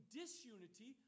disunity